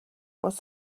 was